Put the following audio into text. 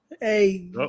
Hey